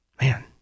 Man